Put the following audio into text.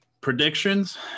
predictions